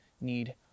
need